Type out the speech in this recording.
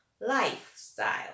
lifestyle